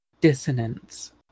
dissonance